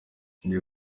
njye